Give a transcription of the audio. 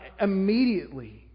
immediately